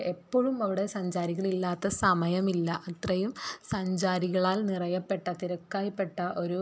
എപ്പോഴും അവിടെ സഞ്ചാരികൾ ഇല്ലാത്ത സമയമില്ല അത്രയും സഞ്ചാരികളാൽ നിറയപ്പെട്ട തിരക്കായിപ്പെട്ട ഒരു